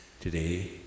today